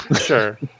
Sure